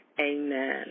Amen